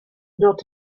not